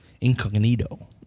incognito